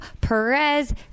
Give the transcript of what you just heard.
Perez